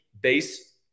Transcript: base